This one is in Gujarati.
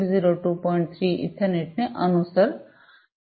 3 ઇથરનેટ ને અનુસરે છે